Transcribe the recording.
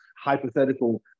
hypothetical